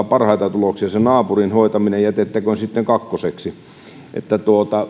parhaita tuloksia se se naapurin hoitaminen jätettäköön sitten kakkoseksi että